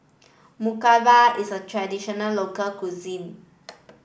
Murtabak is a traditional local cuisine